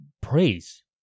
praise